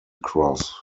cross